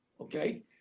okay